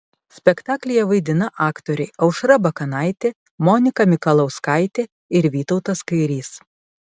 spektaklyje vaidina aktoriai aušra bakanaitė monika mikalauskaitė ir vytautas kairys